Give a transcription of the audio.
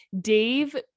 Dave